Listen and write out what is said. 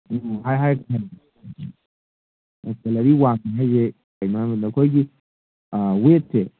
calorie ꯋꯥꯡꯕ ꯍꯥꯏꯁꯦ ꯀꯩ ꯃꯔꯝꯒꯤꯅꯣ ꯑꯩꯈꯣꯏꯒꯤ ꯋꯦꯠꯁꯦ